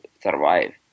survive